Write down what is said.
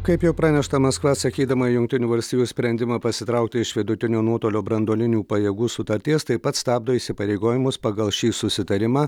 kaip jau pranešta maskva atsakydama į jungtinių valstijų sprendimą pasitraukti iš vidutinio nuotolio branduolinių pajėgų sutarties taip pat stabdo įsipareigojimus pagal šį susitarimą